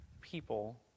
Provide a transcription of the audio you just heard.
people